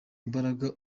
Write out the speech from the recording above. imbaraga